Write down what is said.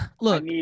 look